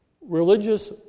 religious